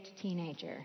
teenager